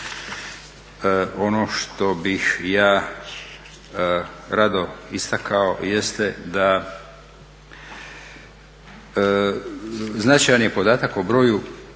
Ono što bih ja rado istakao jeste da značajan je podatak o broju